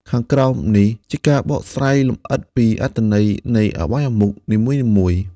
ខាងក្រោមនេះជាការបកស្រាយលម្អិតពីអត្ថន័យនៃអបាយមុខនីមួយៗ។